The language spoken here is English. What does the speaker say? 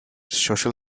social